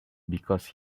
because